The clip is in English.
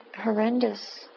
horrendous